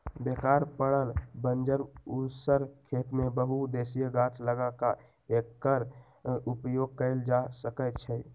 बेकार पड़ल बंजर उस्सर खेत में बहु उद्देशीय गाछ लगा क एकर उपयोग कएल जा सकै छइ